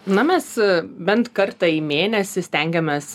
na mes bent kartą į mėnesį stengiamės